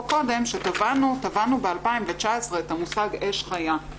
קודם שטבענו ב-2019 את המושג 'אש חיה'.